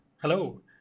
Hello